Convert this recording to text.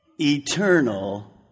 eternal